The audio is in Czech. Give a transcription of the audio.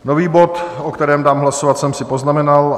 Nový bod, o kterém dám hlasovat, jsem si poznamenal.